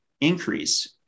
increase